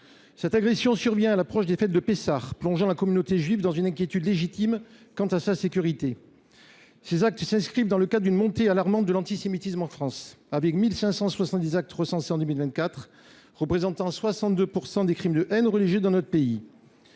Cette agression survient à l’approche des fêtes de Pessah, plongeant la communauté juive dans une inquiétude légitime quant à sa sécurité. Ces actes s’inscrivent dans le cadre d’une montée alarmante de l’antisémitisme en France, avec 1 570 actes recensés en 2024, représentant 62 % des crimes de haine religieuse dans notre pays.